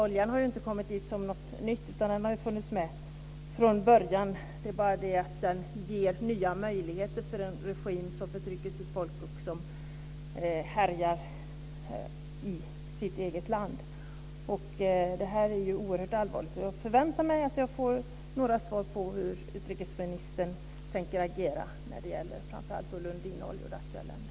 Oljan är ju inget nytt som tillkommit, utan den har funnits med redan från början. Det är bara det att den ger nya möjligheter för en regim som förtrycker sitt folk och som härjar i sitt eget land. Detta är alltså oerhört allvarligt. Jag förväntar mig att få svar om hur utrikesministern tänker agera, framför allt när det gäller Lundin Oil och det aktuella landet.